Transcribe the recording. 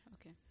Okay